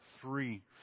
three